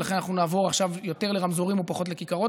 ולכן אנחנו נעבור עכשיו יותר לרמזורים ופחות לכיכרות,